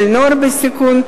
של נוער בסיכון,